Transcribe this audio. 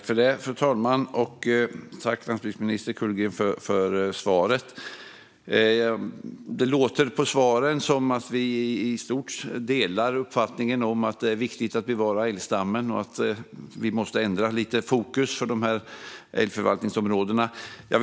Fru talman! Jag tackar landsbygdsminister Kullgren för svaret. Det låter på svaren som att vi i stort delar uppfattningen att det är viktigt att bevara älgstammen och att man måste ändra fokus lite för älgförvaltningsområdena.